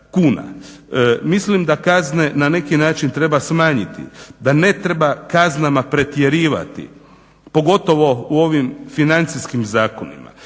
Mislim da kazne na neki način treba smanjiti, da ne treba kaznama pretjerivati pogotovo u ovim financijskim zakonima.